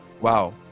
Wow